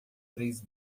três